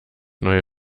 neue